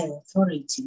authority